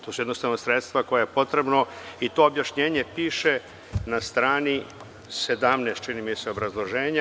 To su jednostavno sredstva koja su potrebna i to objašnjenje piše na strani 17, čini mi se, obrazloženja.